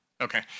Okay